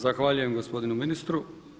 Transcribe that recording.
Zahvaljujem gospodinu ministru.